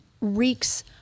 reeks